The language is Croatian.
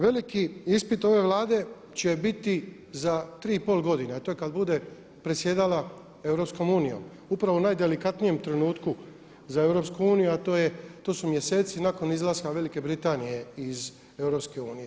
Veliki ispit ove Vlade će biti za 3,5 godine, a to je kada bude predsjedala EU, upravo u najdelikatnijem trenutku za EU a to su mjeseci nakon izlaska Velike Britanije iz EU.